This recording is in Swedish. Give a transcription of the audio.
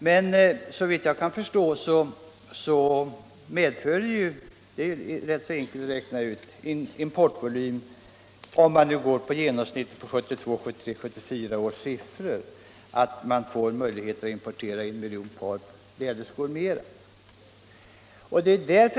Men såvitt jag kan förstå medför — det är rätt enkelt att räkna ut — den aktuella importvolymen, jämfört med genomsnittet av 1972, 1973 och 1974 års siffror, att man kan importera en miljon par läderskor mera.